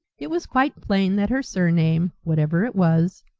it was quite plain that her surname, whatever it was,